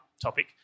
topic